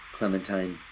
Clementine